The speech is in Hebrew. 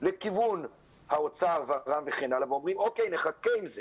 לכיוון האוצר ואומרים, נחכה עם זה.